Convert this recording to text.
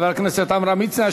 חבר הכנסת עמרם מצנע,